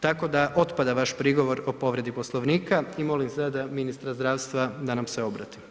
Tako da otpada vaš prigovor o povredi Poslovnika i molim sada ministra zdravstva da nam se obrati.